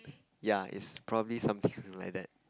ya it's probably something like that